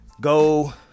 go